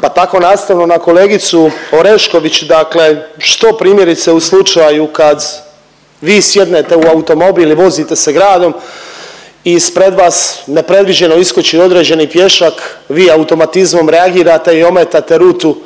Pa tako nastavno na kolegicu Orešković, dakle što primjerice u slučaju kad vi sjednete u automobil i vozite se gradom i ispred vas nepredviđeno iskoči određeni pješak, vi automatizmom reagirate i ometate rutu